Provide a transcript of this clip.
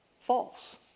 false